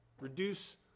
Reduce